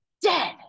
dead